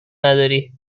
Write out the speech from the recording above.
نداری